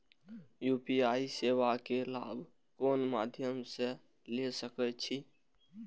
UPI सेवा के लाभ कोन मध्यम से ले सके छी?